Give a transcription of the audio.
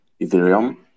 Ethereum